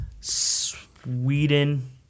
Sweden